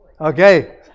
okay